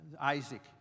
Isaac